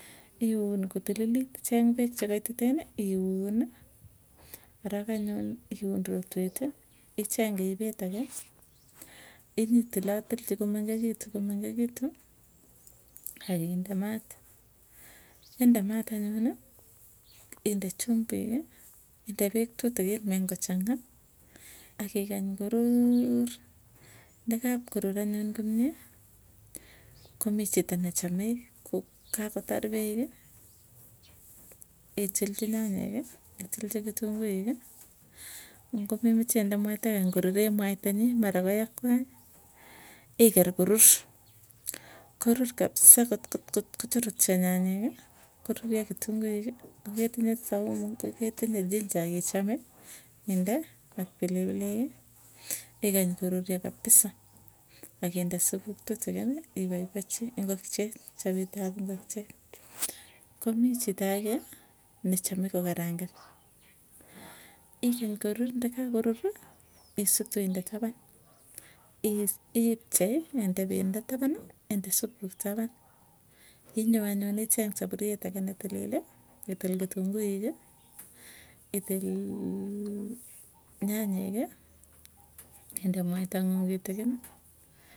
Iun kotililit icheng peek che kaititeni iuni arok anyuny iun rotweti icheng keipet ake ipitilatilchi komengekitu komengekitu. Akinde maat inde maat anyun, inde chumbuki, inde peek tutikin meny kochang'a akigany korur ndakapkorur anyun komie. Komii chito ne chamei ko kakotar peeki, itilchi nyanyeki, itilchi kitunguiki, ngomemeche inde mwaita igany koruree mwaita nyii. Mara koyakwai iker kurur kurur kasaa kotko chorotyo yanyeki kururyo kitunguiki, ngo ketinye saumu ngeketinye ginger akichame, inde ak pilipilik igany koruryo kapisa akinde supuk tutikiny ipaipachii ngokchee chaprt ap ngotchee, komii chita age nechame kokarangan, igeny korur ndakakoruri isutu inde tapan i ipchei inde pendo tapani, inde supuk tapan inyoo anyuun icheng sapuriet ake netilili, itil kitunguiki itil nyanyeki inde mwaita ng'uung kitikini.